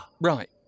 Right